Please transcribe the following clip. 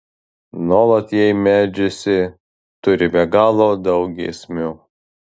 nuolat jai meldžiasi turi be galo daug giesmių